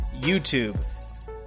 YouTube